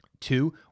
Two